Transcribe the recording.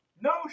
No